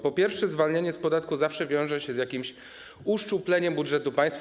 Po pierwsze, zwalnianie z podatku zawsze wiąże się z jakimś uszczupleniem budżetu państwa.